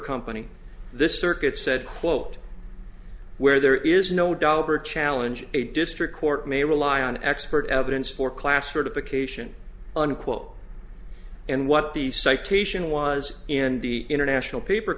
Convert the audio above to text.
company this circuit said quote where there is no dollar to challenge a district court may rely on expert evidence for class certification unquote and what the citation was in the international paper